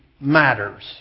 matters